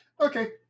Okay